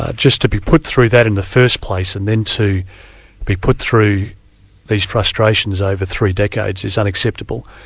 ah just to be put through that in the first place and then to be put through these frustrations over three decades, is unacceptable.